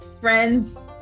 friends